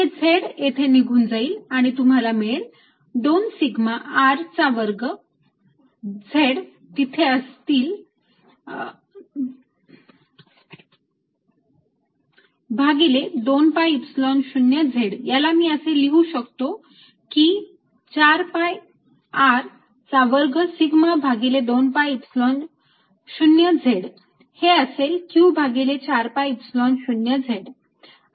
हे z येथे निघून जाईल आम्ही तुम्हाला मिळेल 2 सिग्मा R चा वर्ग z तिथे आहे 2 Epsilon 0 z याला मी असे लिहू शकतो की 4 pi R चा वर्ग सिग्मा भागिले 2 Epsilon 0 z हे असेल Q भागिले 4 Epsilon 0 z